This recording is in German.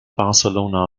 barcelona